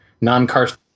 non-carcinogenic